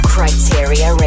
Criteria